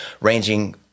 ranging